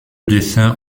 dessins